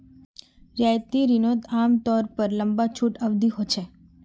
रियायती रिनोत आमतौर पर लंबा छुट अवधी होचे